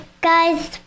guy's